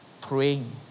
praying